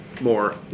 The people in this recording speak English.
more